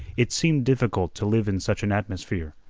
it seemed difficult to live in such an atmosphere.